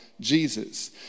Jesus